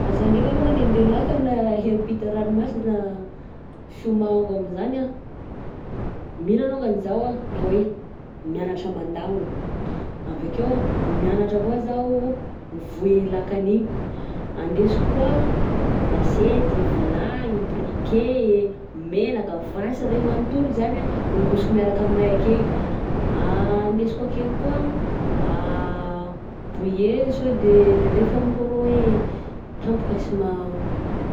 Raha zah ndraika aloha ande lakagna hiampita ranomasina, fiomanako amin'izany a, mila longany zaho a hoe miagnatra mandagno, avy akeo miagnatra koa zahy mivohy lakagna iny, andesiko koa lasiety, vilany, briquet menaka, vasy ray magnontolo zany a ongosiko miaraka amin'na akegny, andesiko akegny koa bouet sao de ndrendreka mo koa rô hoe tampoka sy maha.